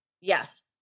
yes